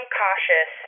cautious